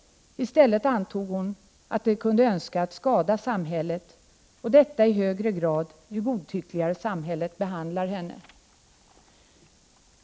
I stället antog hon att de kunde önska skada samhället, detta i högre grad ju godtyckligare samhället behandlar henne.